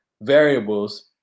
variables